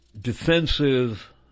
defensive